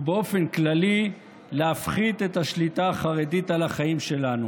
ובאופן כללי להפחית את השליטה החרדית על החיים שלנו.